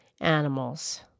animals